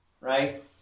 right